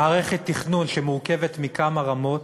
מערכת תכנון שמורכבת מכמה רמות,